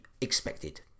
expected